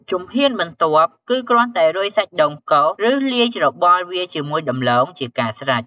ជំហានបន្ទាប់គឺ គ្រាន់តែរោយសាច់ដូងកោស ឬលាយច្របល់វាជាមួយដំឡូង ជាការស្រេច ។